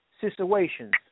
situations